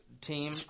team